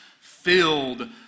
filled